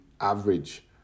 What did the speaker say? average